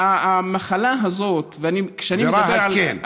ברהט כן.